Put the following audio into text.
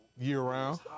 year-round